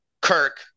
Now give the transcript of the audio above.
Kirk